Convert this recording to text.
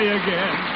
again